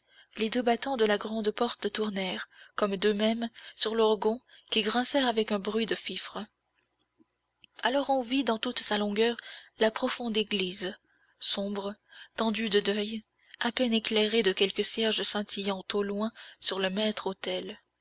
les deux battants de la grande porte tournèrent comme d'eux-mêmes sur leurs gonds qui grincèrent avec un bruit de fifre alors on vit dans toute sa longueur la profonde église sombre tendue de deuil à peine éclairée de quelques cierges scintillant au loin sur le